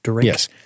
yes